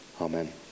Amen